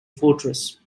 fortress